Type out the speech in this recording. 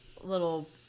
little